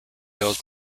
hills